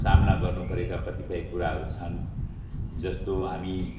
सामना गर्नुपरेका कतिपय कुराहरू छन् जस्तो हामी